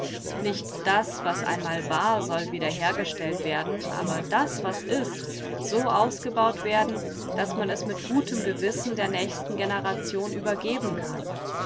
nicht das was einmal war soll wieder hergestellt werden aber das was ist so ausgebaut werden daß man es mit gutem gewissen der nächsten generation übergeben kann